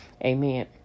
Amen